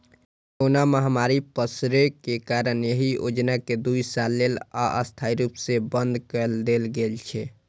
corona महामारी पसरै के कारण एहि योजना कें दू साल लेल अस्थायी रूप सं बंद कए देल गेल छै